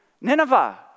Nineveh